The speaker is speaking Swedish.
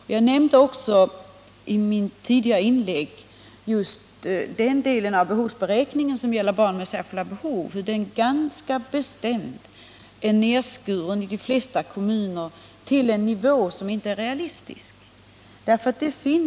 I mitt tidigare inlägg pekade jag också på att den del av behovsberäkningen som gäller barn med särskilda behov i de flesta kommuner är nerskuren till en nivå som säkert inte är realistisk.